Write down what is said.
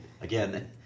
Again